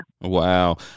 wow